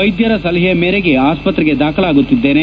ವೈದ್ಯರ ಸಲಹೆಯ ಮೇರೆಗೆ ಆಸ್ತತ್ರೆಗೆ ದಾಖಲಾಗುತ್ತಿದ್ದೇನೆ